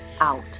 out